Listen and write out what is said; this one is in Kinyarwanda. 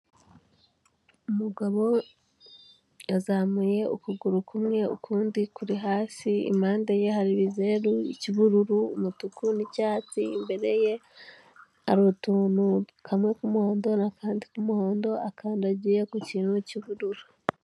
Umugabo yazamuye ukuguru kumwe ukundi kuri hasi, impande ye hari ibizeru, icy'ubururu, umutuku, n'icyatsi, imbere ye hari utuntu, kamwe k'umuhondo, n'akandi k'umuhondo, akandagiye ku kintu cy'ubururu.